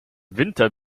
winter